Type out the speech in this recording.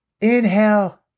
Inhale